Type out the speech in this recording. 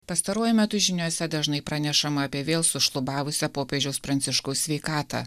pastaruoju metu žiniose dažnai pranešama apie vėl sušlubavusią popiežiaus pranciškaus sveikatą